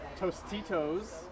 Tostitos